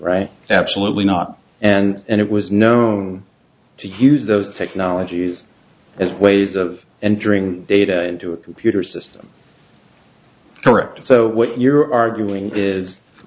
right absolutely not and it was known to use those technologies as ways of and during data into a computer system correct so what you're arguing is